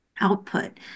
output